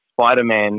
Spider-Man